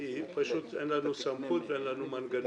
ברגע הזה אין יותר החלטות כלכליות,